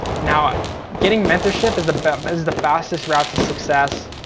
now getting mentorship is the but um is the fastest route to success,